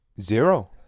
Zero